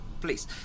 Please